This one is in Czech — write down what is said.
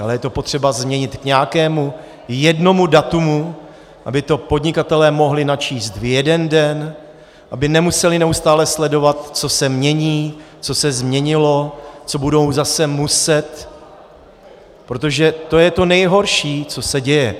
Ale je to potřeba změnit k nějakému jednomu datu, aby to podnikatelé mohli načíst v jeden den, aby nemuseli neustále sledovat, co se mění, co se změnilo, co budou zase muset, protože to je to nejhorší, co se děje.